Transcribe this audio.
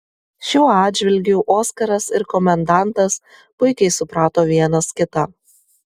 šiuo atžvilgiu oskaras ir komendantas puikiai suprato vienas kitą